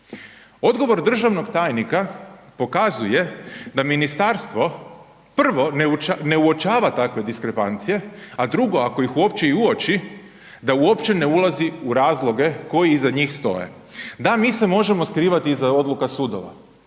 Odgovor državnog tajnika pokazuje da ministarstvo prvo ne uočava takve diskrepancije, a drugo, ako ih uopće i uoči da uopće ne ulazi u razloge koji iza njih stoje. Da, mi se možemo skrivati iza odluka sudova,